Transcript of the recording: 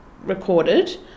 recorded